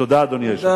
תודה, אדוני היושב-ראש.